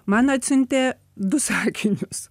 man atsiuntė du sakinius